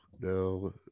no